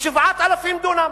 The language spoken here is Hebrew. ל-7,000 דונם,